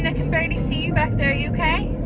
and can barely see you back there, are you ok?